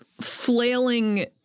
flailing